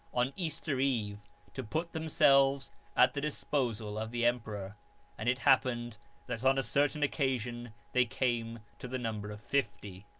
on easter eve to put themselves at the disposal of the emperor and it happened that on a certain occasion they came to the number of fifty.